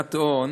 הלבנת הון,